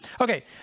Okay